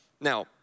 Now